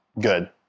good